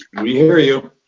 we hear you.